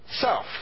self